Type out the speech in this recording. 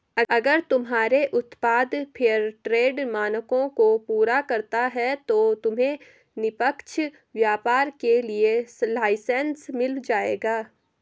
अगर तुम्हारे उत्पाद फेयरट्रेड मानकों को पूरा करता है तो तुम्हें निष्पक्ष व्यापार के लिए लाइसेन्स मिल जाएगा